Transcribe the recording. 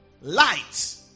light